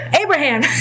Abraham